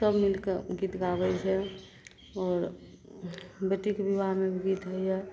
सभ मिलिके गीत गाबै छै आओर बेटीके विवाहमे भी गीत होइए